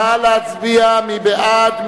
נא להצביע, מי בעד?